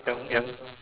young young